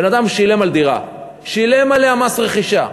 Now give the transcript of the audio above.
בן-אדם שילם על דירה, שילם עליה מס רכישה,